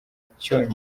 cyo